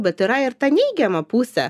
bet yra ir ta neigiama pusė